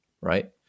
right